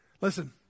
listen